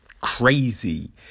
crazy